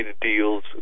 deals